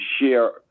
share